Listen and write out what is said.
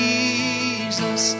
Jesus